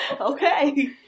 okay